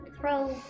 throw